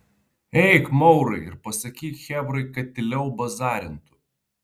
eik maurai ir pasakyk chebrai kad tyliau bazarintų